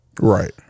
Right